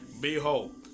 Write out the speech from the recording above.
Behold